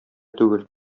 түгел